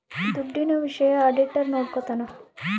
ದುಡ್ಡಿನ ವಿಷಯ ಆಡಿಟರ್ ನೋಡ್ಕೊತನ